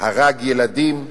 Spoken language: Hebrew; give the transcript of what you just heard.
הרג ילדים?